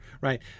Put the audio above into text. right